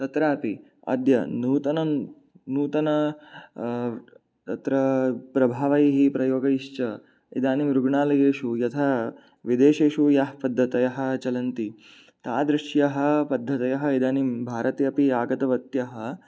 तत्रापि अद्य नूतनं नूतना तत्र प्रभावैः प्रयोगैश्च इदानीं रुग्णालयेषु यथा विदेशेषु याः पद्धतयः चलन्ति तादृश्यः पद्धतयः इदानीं भारतेऽपि आगतवत्यः